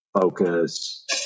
focus